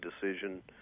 decision